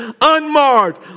Unmarred